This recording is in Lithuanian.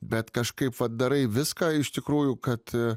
bet kažkaip vat darai viską iš tikrųjų kad